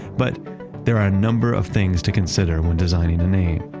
but there are a number of things to consider when designing a name.